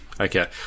okay